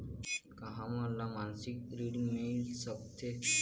का हमन ला मासिक ऋण मिल सकथे?